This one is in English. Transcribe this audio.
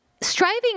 striving